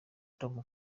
tom